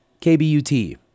KBUT